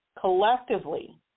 collectively